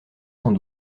cent